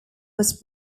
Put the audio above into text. was